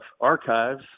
archives